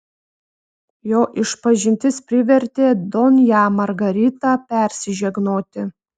jo išpažintis privertė donją margaritą persižegnoti